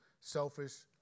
selfish